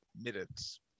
minutes